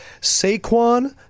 Saquon